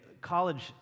college